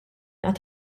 għad